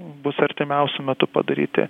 bus artimiausiu metu padaryti